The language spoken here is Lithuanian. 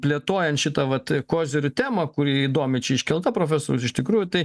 plėtojant šitą vat kozirių temą kuri įdomi čia iškelta profesoriaus iš tikrųjų tai